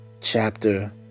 chapter